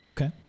okay